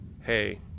hey